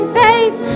faith